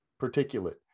particulate